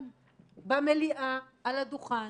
-- במליאה על הדוכן